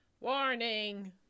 Warning